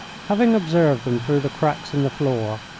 having observed them through the cracks in the floor,